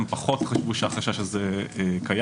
הם פחות חשבו שהחשש הזה קיים.